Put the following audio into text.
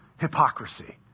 Hypocrisy